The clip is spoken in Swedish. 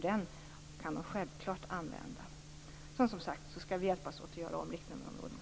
Den kan de självklart använda. Vi skall, som sagt, hjälpas åt med att göra om riktnummerområdena.